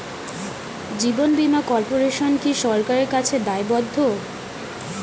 জীবন বীমা কর্পোরেশন কি সরকারের কাছে দায়বদ্ধ?